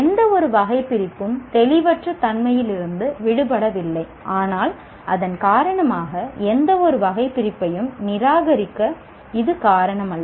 எந்தவொரு வகைபிரிப்பும் தெளிவற்ற தன்மையிலிருந்து விடுபடவில்லை ஆனால் அதன் காரணமாக எந்தவொரு வகைபிரிப்பையும் நிராகரிக்க இது காரணமல்ல